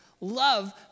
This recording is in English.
love